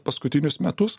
paskutinius metus